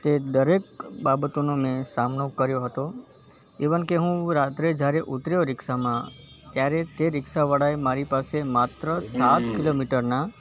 તે દરેક બાબતોનો મેં સામનો કર્યો હતો ઇવન કે હું રાત્રે જ્યારે ઉતર્યો રીક્ષામાં ત્યારે તે રીક્ષાવાળાએ મારી પાસે માત્ર સાત કિલોમીટરનાં